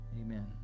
Amen